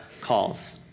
calls